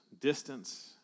distance